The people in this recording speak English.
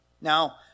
Now